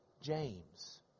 James